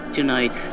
Tonight